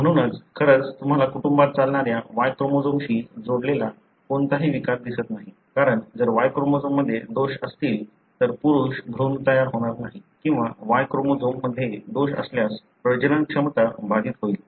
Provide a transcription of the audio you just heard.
म्हणूनच खरंच तुम्हाला कुटुंबात चालणाऱ्या Y क्रोमोझोमशी जोडलेला कोणताही विकार दिसत नाही कारण जर Y क्रोमोझोम मध्ये दोष असतील तर पुरुष भ्रूण तयार होणार नाही किंवा Y क्रोमोझोम मध्ये दोष असल्यास प्रजनन क्षमता बाधित होईल